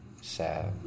Sad